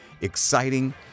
exciting